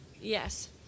Yes